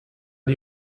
die